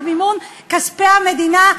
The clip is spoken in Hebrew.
במימון כספי המדינה,